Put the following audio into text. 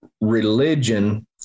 Religion